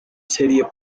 serie